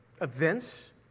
events